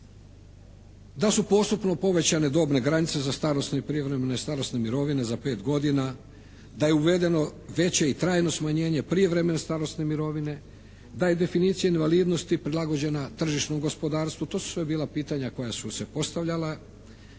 da su postupno povećane dobne granice za starosne i privremene starosne mirovine za pet godina, da je uvedeno veće i trajno smanjenje prijevremene starosne mirovine, da je definicija invalidnosti prilagođena tržišnom gospodarstvu. To su sve bila pitanja koja su se postavljala.